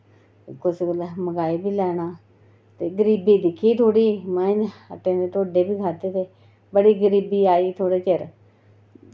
कुसै कोला मंगाई बी लैना ते गरीबी दिक्खी दी थोह्ड़ी मतलब इ'यां मक्कें दे ढोड्डे बी खाद्धे दे बड़ी गरीबी आई थोह्ड़े चिर